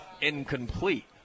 incomplete